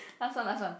last one last one